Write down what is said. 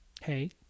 Hey